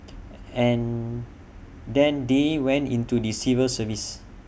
and then they went into the civil service